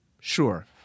Sure